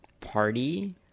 party